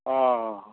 हाँ हाँ